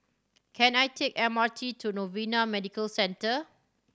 can I take M R T to Novena Medical Centre